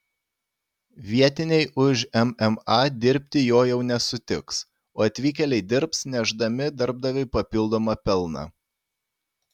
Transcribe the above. vietiniai už mma dirbti jo jau nesutiks o atvykėliai dirbs nešdami darbdaviui papildomą pelną